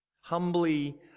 Humbly